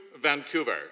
Vancouver